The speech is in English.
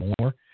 more